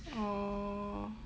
oh